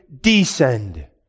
descend